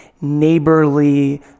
neighborly